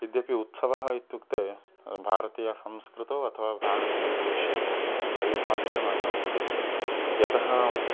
यद्यपि उत्सवः इत्युक्ते भारतीयसंस्कृतौ अथवा भारतीयदेशे अविभाज्यम् अङ्गमस्ति यतः